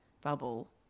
bubble